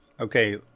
okay